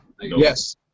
Yes